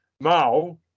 Mao